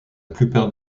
plupart